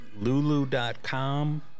lulu.com